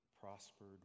prospered